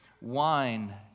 wine